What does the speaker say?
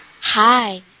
Hi